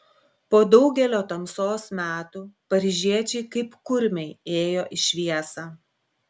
po daugelio tamsos metų paryžiečiai kaip kurmiai ėjo į šviesą